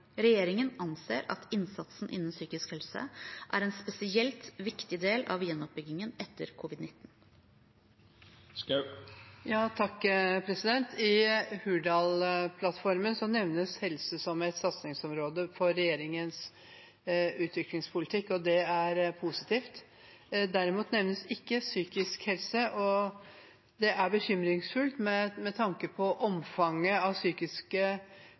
Regjeringen anser at innsatsen innen psykisk helse er en spesielt viktig del av gjenoppbyggingen etter covid-19. I Hurdalsplattformen nevnes helse som et satsingsområde for regjeringens utviklingspolitikk, og det er positivt. Derimot nevnes ikke psykisk helse, og det er bekymringsfullt med tanke på omfanget av psykiske